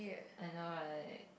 I know right